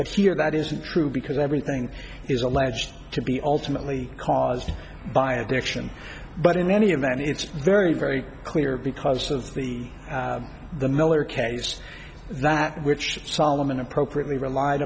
but here that isn't true because everything is alleged to be ultimately caused by addiction but in many a man it's very very clear because of the miller case that which solomon appropriately relied